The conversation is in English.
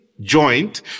joint